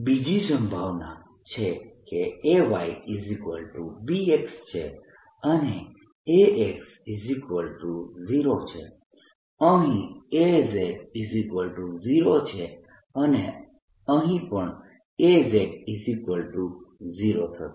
Ay∂x Ax∂yB AyBx2 Ax By2 AB2 y xx y Bs2 બીજી સંભાવના છે કે AyBx છે અને Ax0 છે અહીં Az0 છે અને અહીં પણ Az0 થશે